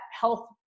health